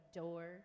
door